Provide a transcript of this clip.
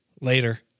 Later